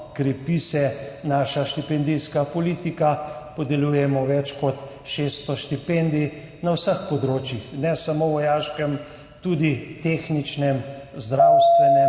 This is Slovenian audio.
krepi se naša štipendijska politika, podeljujemo več kot 600 štipendij, na vseh področjih, ne samo vojaškem, tudi tehničnem, zdravstvenem,